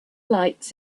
lights